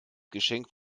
geschenk